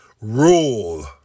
Rule